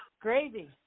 Gravy